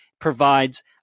provides